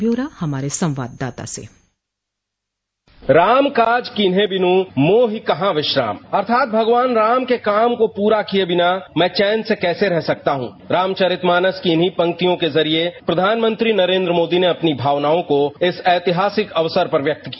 ब्यौरा हमारे संवाददाता से डिस्पैच राम काज कीन्हे बिन् मोहि कहां विश्रामअर्थात भगवान राम के काम के पूरा किये बिना मैं कैसे चौन से रह सकता हूंरामचरित मानस की इन्ही पंक्तियों के जरिये प्रधानमंत्री नरेन्द्र मोदी ने अपनी भावनाओं को इस ऐतिहासिक अवसर पर व्यक्त किया